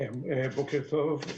בוקר טוב.